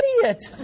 idiot